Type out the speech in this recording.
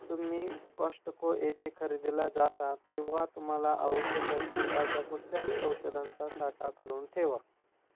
तुम्ही कॉष्टको येथे खरेदीला जाता तेव्हा तुम्हाला आवश्यक असतील अशा कुठल्याही औषधांचा साठा करून ठेवा